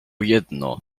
jedno